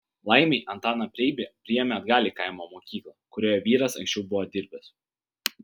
laimei antaną preibį priėmė atgal į kaimo mokyklą kurioje vyras anksčiau buvo dirbęs